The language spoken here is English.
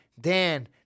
Dan